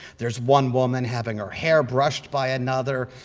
there's one woman having her hair brushed by another.